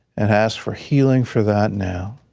and ask for healing for that now.